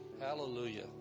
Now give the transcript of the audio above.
Hallelujah